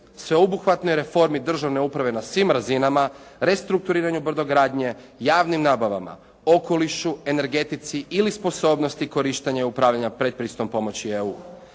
sveobuhvatnoj reformi državne uprave na svim razinama, restrukturiranju brodogradnje, javnim nabavama, okolišu, energetici ili sposobnosti korištenja i upravljanja pretpristupne pomoći EU.